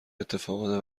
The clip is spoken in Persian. اتفاقات